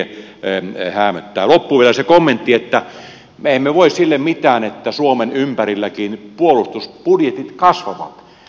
loppuun vielä se kommentti että me emme voi sille mitään että suomen ympärilläkin puolustusbudjetit kasvavat